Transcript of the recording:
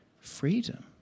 freedom